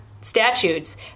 statutes